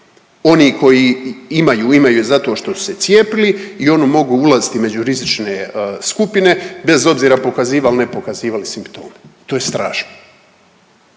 Oni koji imaju imaju je zato što su se cijepili i oni mogu ulaziti među rizične skupine bez obzira pokazivali ili ne pokazivali simptome, to je strašno.